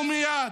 ומייד.